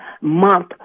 month